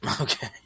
Okay